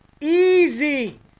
Easy